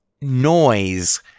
Noise